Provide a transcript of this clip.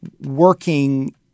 working